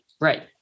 Right